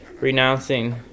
renouncing